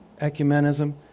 ecumenism